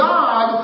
God